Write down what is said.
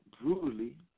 brutally